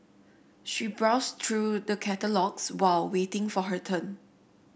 she browsed through the catalogues while waiting for her turn